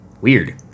weird